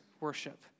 worship